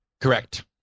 Correct